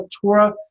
Torah